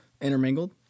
intermingled